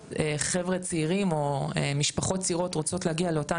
כשחבר'ה צעירים או משפחות צעירות רוצות להגיע לאותם